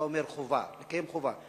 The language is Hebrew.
אתה אומר חובה, לקיים חובה.